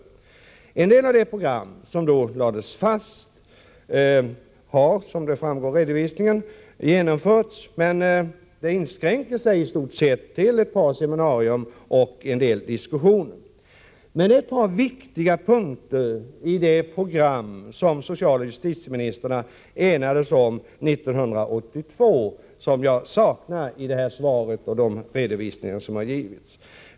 Det program som 1982 lades fast har, som framgår av statsrådets redovisning, till viss del genomförts, men det inskränker sig till i stort sett några seminarier och en del diskussioner. Ett par viktiga punkter i det program som socialoch justitieministrarna enades om 1982 saknar jag i det svar som statsrådet här har givit.